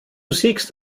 sägst